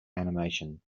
animation